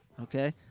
okay